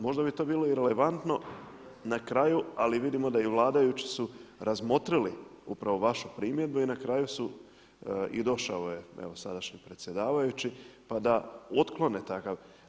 Možda bi to bilo irelevantno na kraju ali vidimo da i vladajući su razmotrili upravo vašu primjedbu i na kraju su i došao je evo sadašnji predsjedavajući pa da otklone takav.